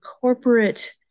corporate